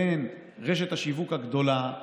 בין רשת השיווק הגדולה,